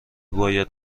باید